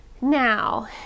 Now